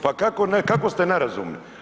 Pa kako ste nerazumni?